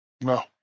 No